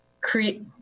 create